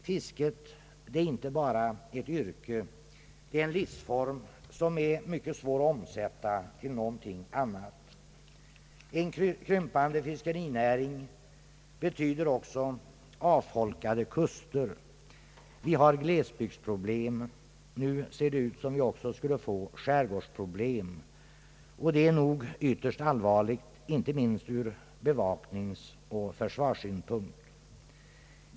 Fisket är emellertid inte bara ett yrke — det är en livsform, som är svår att omsätta till något annat. En krympande fiskerinäring betyder också avfolkade kuster. Vi har glesbydsproblem. Nu ser det ut som om vi också skulle få skärgårdsproblem, något som är ytterst allvarligt, inte minst ur bevakningsoch försvarssynpunkt.